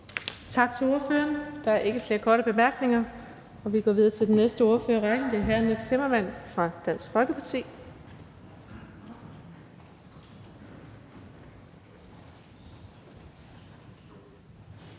Tak til ordføreren. Der er ikke flere korte bemærkninger. Vi går videre til den næste ordfører i rækken, og det er hr. Nick Zimmermann fra Dansk Folkeparti.